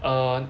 err